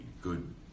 good